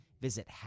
Visit